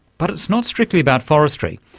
but it's not strictly about forestry.